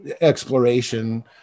exploration